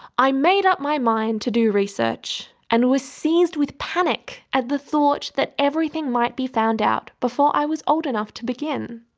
i made up my mind to do research, and was seized with panic at the thought that everything might be found out before i was old enough to begin!